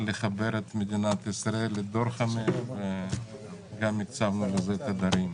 לחבר את מדינת ישראל לדור 5 והקצבנו לזה תדרים.